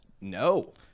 no